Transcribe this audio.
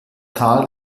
tal